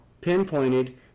pinpointed